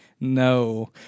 No